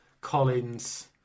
Collins